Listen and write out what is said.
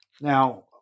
Now